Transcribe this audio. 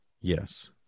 Yes